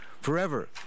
forever